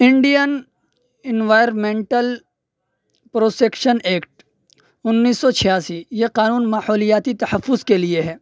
Indian environmental prosecution act انیس سو چھیاسی یہ قانون ماحولیاتی تحفظ کے لیے ہے